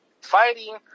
fighting